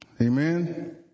Amen